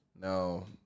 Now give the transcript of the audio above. No